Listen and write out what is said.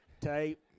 tape